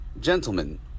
gentlemen